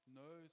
no